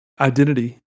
identity